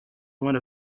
one